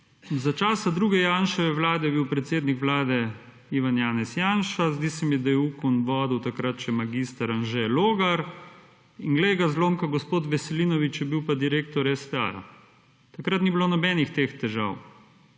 Za časa druge Janševe vlade je bil predsednik Vlade Ivan Janez Janša zdi se mi, da je UKOM vodil takrat še mag. Anže Logar in glej ga zlomka gospod Veselinović je pa bil direktor STA. Takrat ni bilo nobenih teh težav.